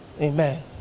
Amen